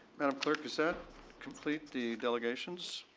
madam clerk, does that complete the delegations?